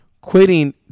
quitting